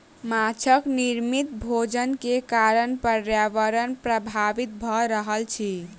माँछक निर्मित भोजन के कारण पर्यावरण प्रभावित भ रहल अछि